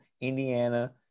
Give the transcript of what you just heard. Indiana